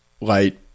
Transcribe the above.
light